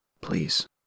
please